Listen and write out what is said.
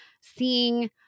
seeing